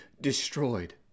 destroyed